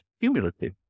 cumulative